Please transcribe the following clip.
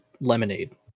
lemonade